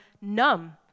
numb